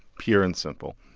pure and simple.